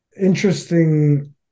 interesting